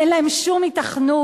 אין להם שום היתכנות.